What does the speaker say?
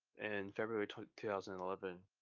and february two thousand and eleven,